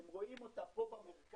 אתם רואים אותה פה במרכז.